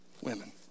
women